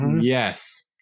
Yes